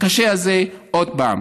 הקשה הזה עוד פעם.